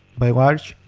by large,